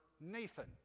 Nathan